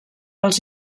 als